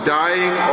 dying